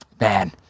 man